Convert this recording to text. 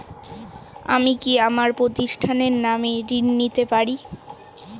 আমি কি আমার প্রতিষ্ঠানের নামে ঋণ পেতে পারি?